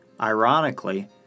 ironically